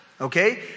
okay